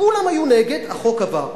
כולם היו נגד והחוק עבר.